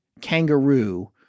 kangaroo